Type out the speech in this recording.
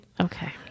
okay